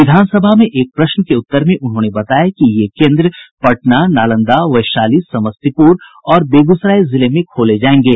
विधानसभा में एक प्रश्न के उत्तर में उन्होंने बतया कि ये केन्द्र पटना नालंदा वैशाली समस्तीपुर और बेगूसराय जिले में खोले जायेंगे